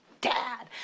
dad